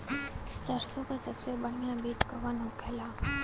सरसों का सबसे बढ़ियां बीज कवन होखेला?